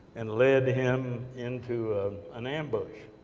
and led him into an ambush.